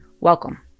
Welcome